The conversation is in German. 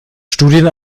studien